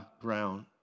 ground